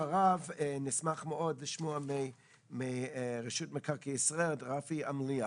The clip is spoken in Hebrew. אחריו נשמח מאוד לשמוע מרשות מקרקעי ישראל את רפי אלמליח.